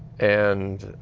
and